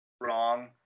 wrong